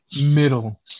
middle